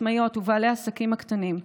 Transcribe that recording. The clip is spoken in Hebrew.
העצמאיות ובעלי העסקים הקטנים,